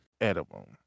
edible